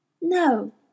No